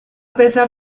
pesar